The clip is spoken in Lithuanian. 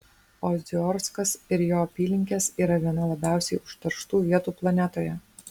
oziorskas ir jo apylinkės yra viena labiausiai užterštų vietų planetoje